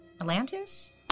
Atlantis